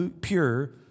pure